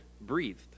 breathed